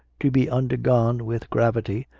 to be undergone with gravity,